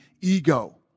ego